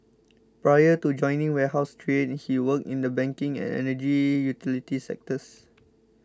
prior to joining wholesale trade he worked in the banking and energy utilities sectors